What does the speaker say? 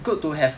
good to have